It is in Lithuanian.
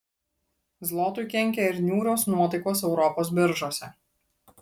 zlotui kenkia ir niūrios nuotaikos europos biržose